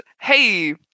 hey